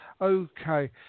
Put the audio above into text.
Okay